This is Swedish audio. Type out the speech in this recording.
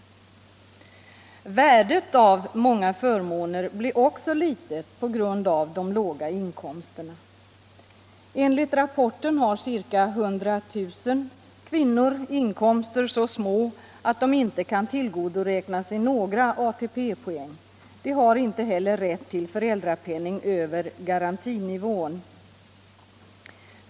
Värdet av många förmåner blir också litet på grund av de låga inkomsterna. Enligt rapporten har ca 100 000 kvinnor så små inkomster att de inte kan tillgodoräkna sig några ATP-poäng. De har heller inte rätt till föräldrapenning över garantinivån.